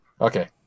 Okay